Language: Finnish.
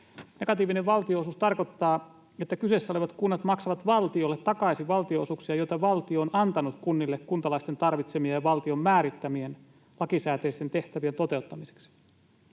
Negatiivinen valtionosuus tarkoittaa, että kyseessä olevat kunnat maksavat valtiolle takaisin valtionosuuksia, joita valtio on antanut kunnille kuntalaisten tarvitsemien ja valtion määrittämien lakisääteisten tehtävien toteuttamiseksi.